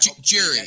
Jerry